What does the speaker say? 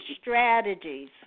strategies